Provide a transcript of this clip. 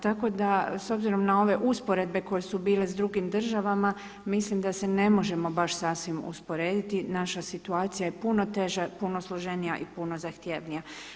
Tako da s obzirom na ove usporedbe koje su bile sa drugim državama mislim da se ne možemo baš sasvim usporediti, naša situacija je puno teža, puno složenija i puno zahtjevnija.